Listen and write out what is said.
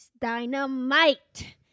Dynamite